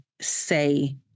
say